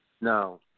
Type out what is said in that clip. No